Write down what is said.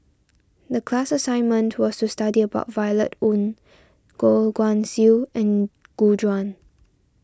the class assignment was to study about Violet Oon Goh Guan Siew and Gu Juan